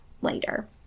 later